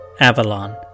Avalon